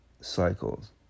cycles